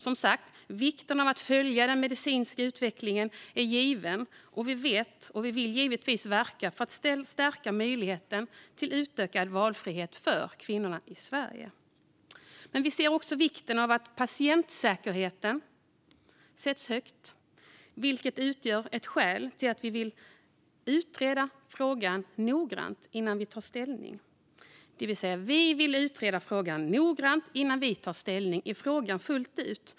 Som sagt är det viktigt att följa den medicinska utvecklingen, och vi vill givetvis verka för att stärka möjligheten till utökad valfrihet för kvinnorna i Sverige. Vi ser också vikten av att patientsäkerheten sätts högt, vilket utgör ett skäl till att vi vill utreda frågan noggrant innan vi tar ställning. Det vill säga att vi vill att frågan utreds noggrant innan vi tar ställning fullt ut.